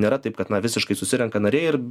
nėra taip kad na visiškai susirenka nariai ir